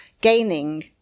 gaining